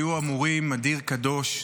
היו אמורים אדיר קדוש,